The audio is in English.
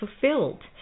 fulfilled